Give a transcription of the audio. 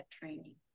training